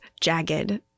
jagged